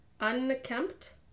Unkempt